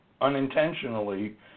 unintentionally